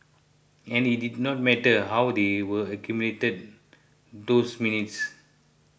and it did not matter how they were accumulated those minutes